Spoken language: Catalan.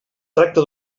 tracta